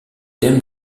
thèmes